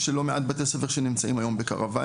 יש לא מעט בתי ספר שנמצאים היום בקרוואנים,